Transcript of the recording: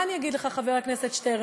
מה אני אגיד לך, חבר הכנסת שטרן?